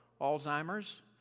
Alzheimer's